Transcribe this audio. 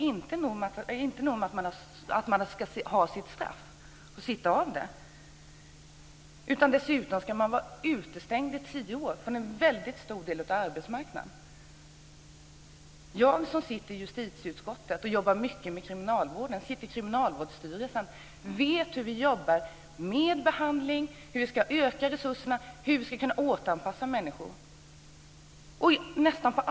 Inte nog med att man ska ha sitt straff och sitta av det. Dessutom ska man i tio år vara utestängd från en väldigt stor del av arbetsmarknaden. Jag sitter med i justitieutskottet och jobbar mycket med kriminalvården. Jag sitter också med i Kriminalvårdsstyrelsen så jag vet hur vi jobbar med behandling, med frågor om hur resurserna ska ökas och hur människor ska kunna återanpassas.